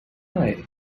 i—i